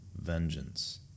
vengeance